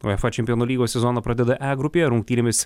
uefa čempionų lygos sezoną pradeda e grupėje rungtynėmis